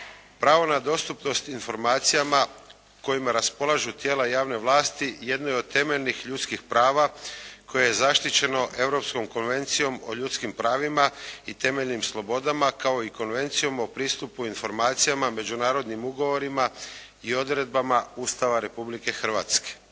Pravo na dostupnost informacijama kojima raspolažu tijela javne vlasti jedno je od temeljnih ljudskih prava koje je zaštićeno europskom Konvencijom o ljudskim pravima i temeljnim slobodama kao i Konvencijom o pristupu informacijama međunarodnim ugovorima i odredbama Ustava Republike Hrvatske.